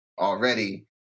already